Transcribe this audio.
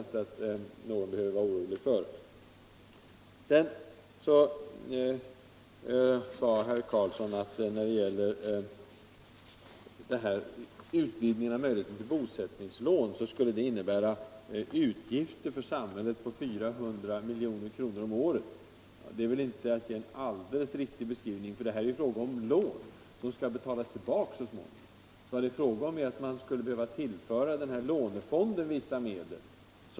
ningslån sade herr Karlsson i Huskvarna, att det skulle innebära utgifter . för samhället på 400 milj.kr. om året. Det är inte en riktig beskrivning. Här är det fråga om lån, som så småningom skall betalas tillbaka. Man skulle alltså behöva tillföra lånefonden vissa medel.